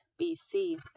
BC